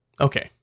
Okay